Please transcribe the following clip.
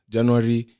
January